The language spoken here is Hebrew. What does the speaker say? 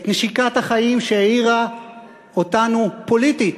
את נשיקת החיים שהעירה אותנו פוליטית,